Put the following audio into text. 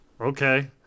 Okay